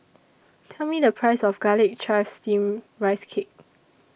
Tell Me The Price of Garlic Chives Steamed Rice Cake